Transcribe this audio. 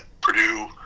Purdue